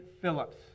Phillips